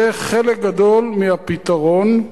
זה חלק גדול מהפתרון,